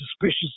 suspicious